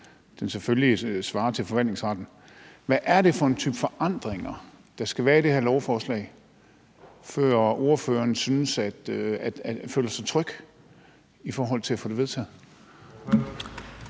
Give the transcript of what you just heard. den selvfølgelig svarer til forvaltningsretten. Hvad er det for en type forandringer, der skal være i det her lovforslag, før ordføreren føler sig tryg i forhold til at få det vedtaget?